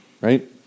Right